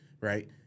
right